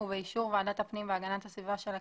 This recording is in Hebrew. ובאישור ועדת הפנים והגנת הסביבה של הכנסת,